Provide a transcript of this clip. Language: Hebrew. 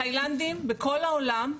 אבל מה שקורה הוא שהתאילנדים בכל העולם,